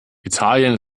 italien